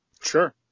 Sure